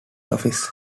office